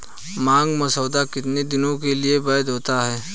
मांग मसौदा कितने दिनों के लिए वैध होता है?